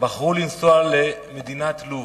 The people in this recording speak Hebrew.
בחרו לנסוע למדינת לוב,